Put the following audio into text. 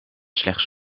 slechts